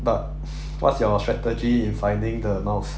but what's your strategy in finding the mouse